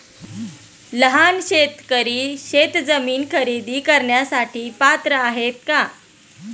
लहान शेतकरी शेतजमीन खरेदी करण्यासाठी कर्ज घेण्यास पात्र आहेत का?